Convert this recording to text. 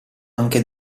anche